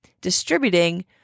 distributing